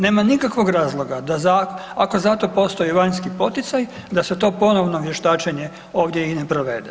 Nema nikakvog razloga ako za to postoji vanjski poticaj da se to ponovno vještačenje ovdje i ne provede.